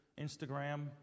Instagram